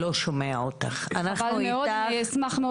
אני גרושה,